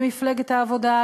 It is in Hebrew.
במפלגת העבודה,